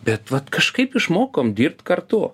bet vat kažkaip išmokom dirbt kartu